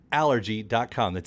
allergy.com